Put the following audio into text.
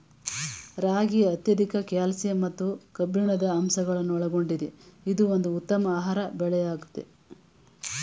ರಾಗಿ ಅತ್ಯಧಿಕ ಕ್ಯಾಲ್ಸಿಯಂ ಮತ್ತು ಕಬ್ಬಿಣದ ಅಂಶಗಳನ್ನೊಳಗೊಂಡಿದೆ ಇದು ಒಂದು ಉತ್ತಮ ಆಹಾರ ಬೆಳೆಯಾಗಯ್ತೆ